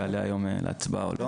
יעלה היום להצבעה או לא.